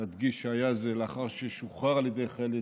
נדגיש שהיה זה לאחר ששוחרר על ידי חיילי